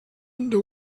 into